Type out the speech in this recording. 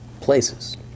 places